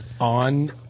on